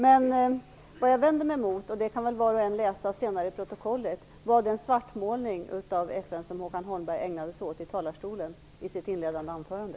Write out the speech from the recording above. Men det jag vänder mig emot - och det kan var och en sedan läsa i protokollet - är den svartmålning av FN som Håkan Holmberg ägnade sig åt i sitt inledande anförande.